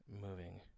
moving